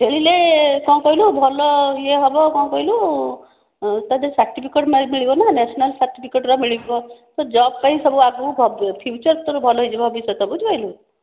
ଖେଳିଲେ କଣ କହିଲୁ ଭଲ ୟେ ହେବ କଣ କହିଲୁ ତୋତେ ସାର୍ଟିଫିକେଟ୍ ମିଳିବ ନା ନ୍ୟାସ୍ନାଲ ସାର୍ଟିଫିକେଟ୍ ର ମିଳିବ ତୋ ଜବ୍ ପାଇଁ ସବୁ ଆଗକୁ ଫ୍ୟୁଚର ତୋର ଭଲ ହେଇଯିବ ଭବିଶ୍ୱତ ବୁଝିପାରିଲୁ